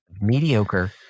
mediocre